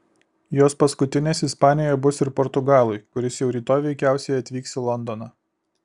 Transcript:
jos paskutinės ispanijoje bus ir portugalui kuris jau rytoj veikiausiai atvyks į londoną